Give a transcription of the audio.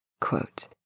Quote